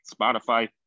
Spotify